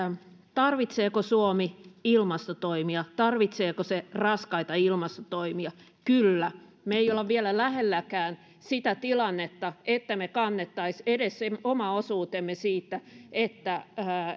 tarvitseeko suomi ilmastotoimia tarvitseeko se raskaita ilmastotoimia kyllä me emme ole vielä lähelläkään sitä tilannetta että me kantaisimme edes oman osuutemme siitä että